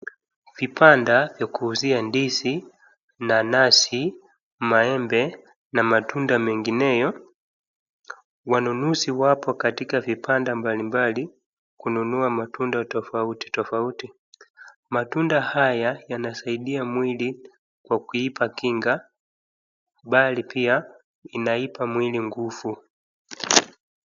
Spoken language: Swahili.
Vibanda za kuuzia ndizi, nanasi, maembe na matunda mengineyo wanunuzi wapo katika vibanda mbalimbali kununua matunda tofauti tofauti. Matunda haya yanasaidia mwili kwa kuipa kinga bali pia inaipa mwili nguvu.